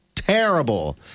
Terrible